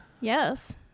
Yes